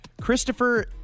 Christopher